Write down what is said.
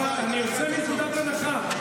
למה אתה יוצא מנקודת הנחה כזאת?